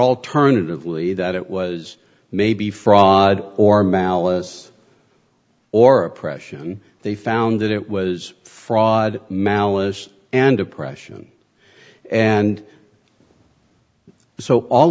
alternatively that it was maybe fraud or malice or oppression they found that it was fraud malice and oppression and so all